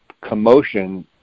commotion